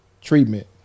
treatment